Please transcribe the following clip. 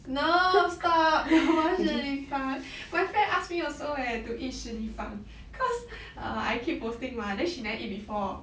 no stop no more 食立方 my friend ask me also eh to eat 食立方 cause err I keep posting mah then she never eat before